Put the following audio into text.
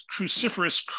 cruciferous